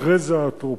אחרי זה האטרופינים.